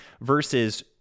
versus